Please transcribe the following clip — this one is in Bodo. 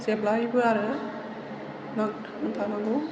जेब्लायबो आरो नांथाबना थानांगौ